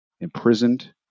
imprisoned